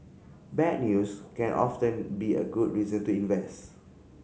bad news can often be a good reason to invest